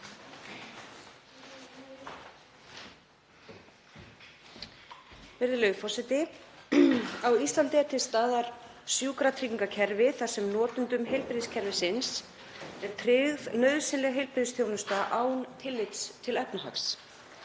Virðulegi forseti. Á Íslandi er til staðar sjúkratryggingakerfi þar sem notendum heilbrigðiskerfisins er tryggð nauðsynleg heilbrigðisþjónusta án tillits til efnahags.